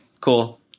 Cool